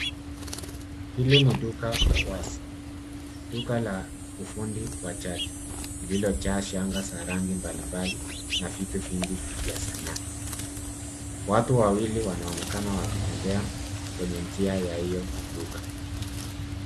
Hili ni duka wazi. Duka la ufundi wa jadi lililojaa shanga ya rangi mbalimbali na vitu vingi vya sanaa. Watu wawili wanaonekana wakitembea kwenye njia ya hiyo duka.